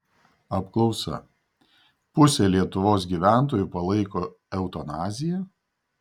apklausa pusė lietuvos gyventojų palaiko eutanaziją